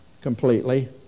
completely